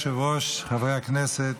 כבוד היושב-ראש, חברי הכנסת,